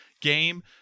game